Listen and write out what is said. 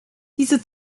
diese